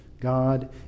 God